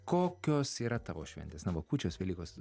kokios yra tavo šventės na va kūčios velykos